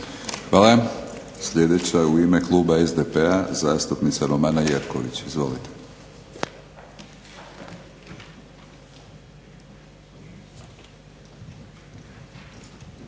Hvala. Sljedeća u ime Kluba SDP-a zastupnica Romana Jerković. Izvolite.